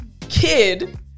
kid